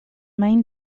main